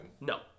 No